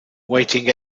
waiting